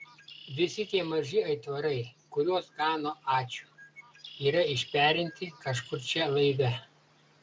visi tie maži aitvarai kuriuos gano ačiū yra išperinti kažkur čia laive